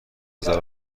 اشنایی